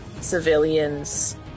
civilians